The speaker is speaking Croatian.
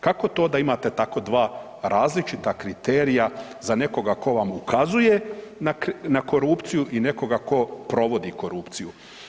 Kako to da imate tako dva različita kriterija za nekoga ko vam ukazuje na korupciju i nekoga ko provodi korupciju?